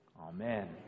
Amen